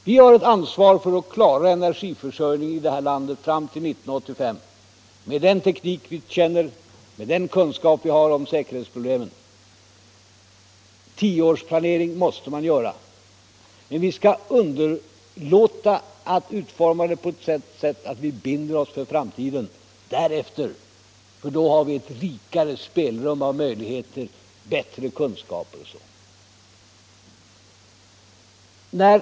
Vi har ett ansvar för att klara energiförsörjningen i vårt land fram till 1985, med den teknik som vi känner och med den kunskap som vi har om säkerhetsproblemen. Tio års planering måste man göra, men vi skall underlåta att utforma programmet på ett sätt som binder oss för framtiden därefter, för då kommer vi att ha ett rikare spelrum av möjligheter, bättre kunskaper osv.